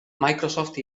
microsoft